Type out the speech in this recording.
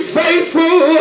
faithful